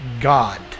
God